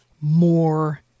more